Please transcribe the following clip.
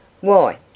Why